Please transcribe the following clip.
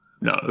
No